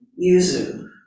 yuzu